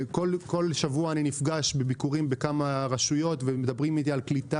כל שבוע אני נפגש בביקורים עם כמה רשויות ומדברים איתי על כך